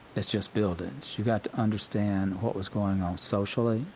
as just buildings. you got to understand what was going on socially,